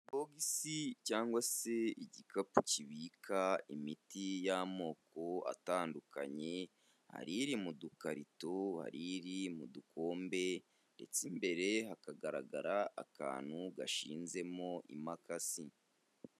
Akabogisi cyangwa se igikapu kibika imiti y'amoko atandukanye, hari iri mu dukarito, hari iri mu dukombe ndetse imbere hakagaragara akantu gashinzemo imakasi.